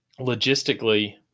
logistically